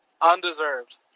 undeserved